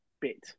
bit